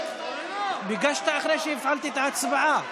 ביקשת אחרי שהפעלתי את ההצבעה.